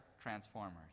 transformers